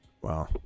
Wow